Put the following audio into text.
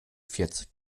vierzig